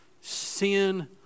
sin